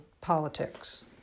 politics